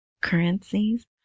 currencies